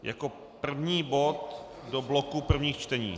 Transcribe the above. Jako první bod do bloku prvních čtení.